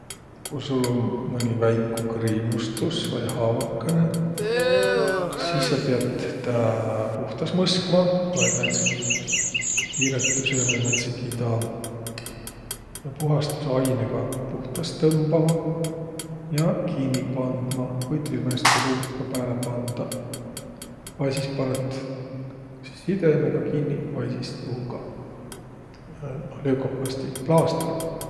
Ku sul um mõni väiku kriimustus vai haavakõnõ, sis sa piät taa puhtas mõskma vai määntsegi piiretüse vai määntsegi taa puhastusainõga puhtas tõmbama ja kinniq pandma. Võit viil määnestki ruuht ka pääle pandaq. Vai sis panõt sidemega kinniq vai sis tuugaq, noh, leukoplastiga, plaastrigaq.